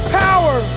power